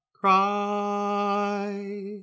cry